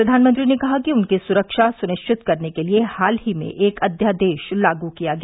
प्रधानमंत्री ने कहा कि उनकी सुरक्षा सुनिश्चित करने के लिए हाल ही में एक अध्यादेश लागू किया गया